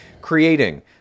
creating